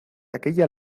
aquella